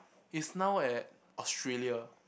he's now at Australia